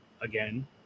again